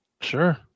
sure